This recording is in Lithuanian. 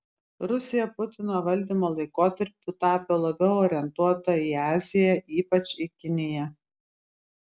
rusija putino valdymo laikotarpiu tapo labiau orientuota į aziją ypač į kiniją